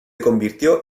convirtió